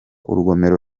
urugomero